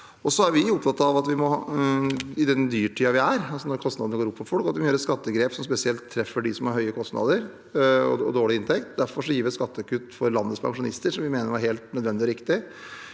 er vi opptatt av at vi må gjøre skattegrep som spesielt treffer dem som har høye kostnader og dårlig inntekt. Derfor gir vi et skattekutt til landets pensjonister, som vi mener er helt nødvendig og riktig.